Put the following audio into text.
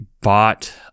bought